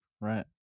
Right